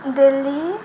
Delhi